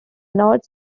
north